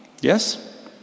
yes